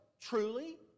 truly